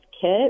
kit